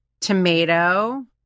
tomato